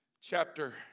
chapter